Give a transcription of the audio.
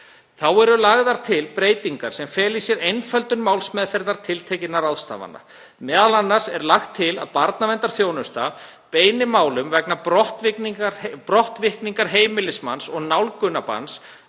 Þá eru lagðar til breytingar sem fela í sér einföldun málsmeðferðar tiltekinna ráðstafana, m.a. er lagt til að barnaverndarþjónusta beini málum vegna brottvikningar heimilismanns og nálgunarbanns